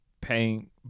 paying